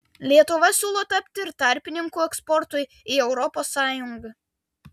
lietuva siūlo tapti ir tarpininku eksportui į europos sąjungą